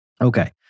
Okay